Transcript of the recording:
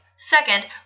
Second